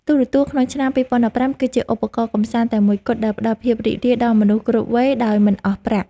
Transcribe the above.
ទូរទស្សន៍ក្នុងឆ្នាំ ២០១៥ គឺជាឧបករណ៍កម្សាន្តតែមួយគត់ដែលផ្តល់ភាពរីករាយដល់មនុស្សគ្រប់វ័យដោយមិនអស់ប្រាក់។